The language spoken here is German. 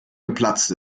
geplatzt